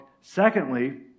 Secondly